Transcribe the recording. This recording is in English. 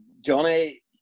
Johnny